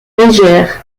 légère